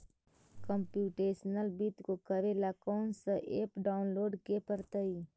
computational वित्त को करे ला कौन स ऐप डाउनलोड के परतई